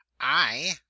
I